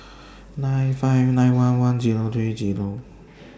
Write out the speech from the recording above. nine five nine one one Zero three Zero